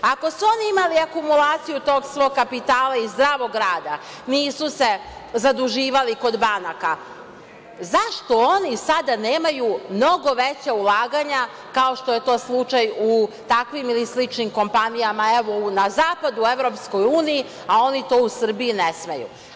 Ako su oni imali akumulaciju tog svog kapitala i zdravog rada, nisu se zaduživali kod banaka, zašto oni sada nemaju mnogo veća ulaganja kao što je to slučaj u takvim ili sličnim kompanijama, evo, na zapadu u EU, a oni to u Srbiji ne smeju?